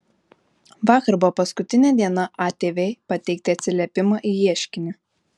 vakar buvo paskutinė diena atv pateikti atsiliepimą į ieškinį